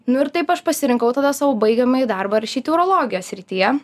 nu ir taip aš pasirinkau tada savo baigiamąjį darbą rašyti urologijos srityje